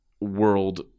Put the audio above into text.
world